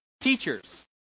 teachers